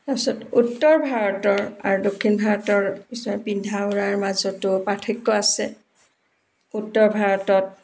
তাৰপিছত উত্তৰ ভাৰতৰ আৰু দক্ষিণ ভাৰতৰ কিছু পিন্ধা উৰাৰ মাজতো পাৰ্থক্য আছে উত্তৰ ভাৰতত